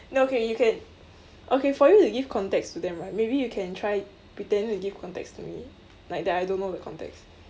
no okay you can okay for you to give context to them right maybe you can try pretending to give context to me like that I don't know the context